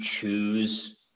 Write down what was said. choose